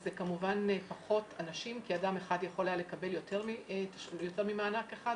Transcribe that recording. זה כמובן פחות אנשים כי אדם אחד יכול היה לקבל יותר ממענק אחד,